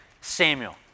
Samuel